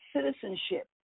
citizenship